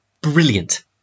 brilliant